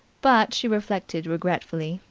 but, she reflected regretfully,